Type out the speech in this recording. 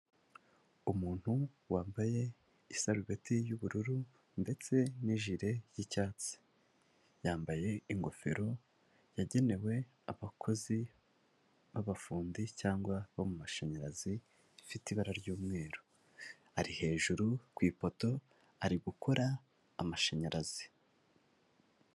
Umuntu wambaye isarubeti y'ubururu ndetse n'ijire y'icyatsi, yambaye ingofero yagenewe abakozi b'abafundi cyangwa bo mu mashanyarazi, ifite ibara ry'umweru, ari hejuru ku ipoto, ari gukora amashanyarazi.